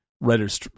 writer's